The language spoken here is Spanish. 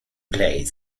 place